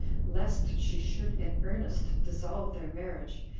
lest she should in earnest dissolve their marriage,